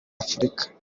afurika